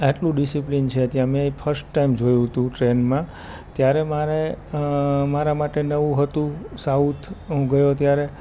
આટલું ડિસિપ્લિન છે ત્યાં મેં એ ફર્સ્ટ ટાઈમ જોયું હતું ટ્રેનમાં ત્યારે મારે મારા માટે નવું હતું સાઉથ હું ગયો ત્યારે